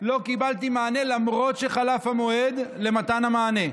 לא קיבלתי מענה, למרות שחלף המועד למתן המענה: